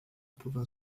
wpływem